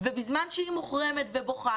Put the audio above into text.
ובזמן שהיא מוחרמת ובוכה,